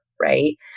Right